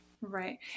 right